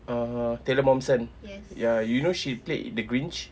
err taylor momsen ya you know she played the grinch